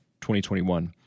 2021